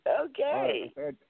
Okay